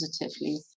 positively